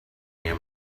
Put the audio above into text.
near